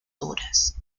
duras